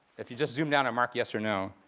if you just zoom down and mark yes or no